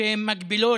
שהן מגבילות,